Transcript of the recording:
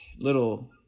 little